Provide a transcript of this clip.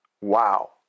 Wow